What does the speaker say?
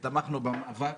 ותמכנו במאבק,